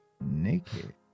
naked